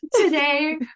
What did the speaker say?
today